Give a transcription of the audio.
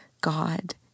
God